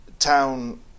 town